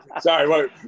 sorry